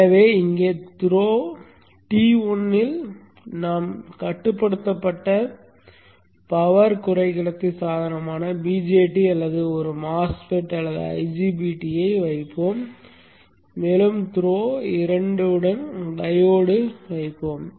எனவே இங்கே த்ரோக்கள் T1 இல் நாம் கட்டுப்படுத்தப்பட்ட பவர் குறைக்கடத்தி சாதனமான BJT அல்லது ஒரு MOSFET அல்லது IGBT ஐ வைப்போம் மேலும் த்ரோக்கள் 2 உடன் டையோடு வைப்போம்